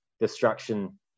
destruction